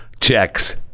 checks